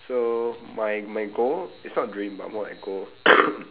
so my my goal is not dream but more like goal